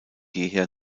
jeher